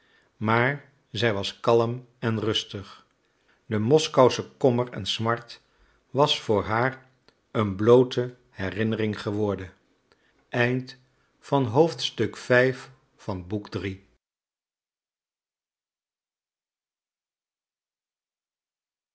maar zij was kalm en rustig de moskousche kommer en smart was voor haar een bloote herinnering geworden